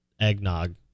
eggnog